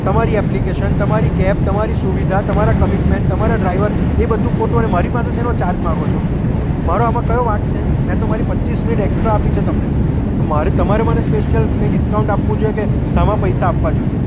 તમારી એપ્લિકેસન તમારી કેબ તમારી સુવિધા તમારા કમિટમેન્ટ તમારા ડ્રાઈવર એ બધું ખોટું અને મારી પાસે શેનો ચાર્જ માગો છો મારો આમાં કયો વાંક છે મેં તો મારી પચીસ મિનિટ એકસ્ટ્રા આપી છે તમને મારે તમારે મને સ્પેસ્યલ કંઈ ડિસ્કાઉન્ટ આપવું જોઇએ કે સામા પૈસા આપવા જોઈએ